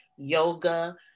yoga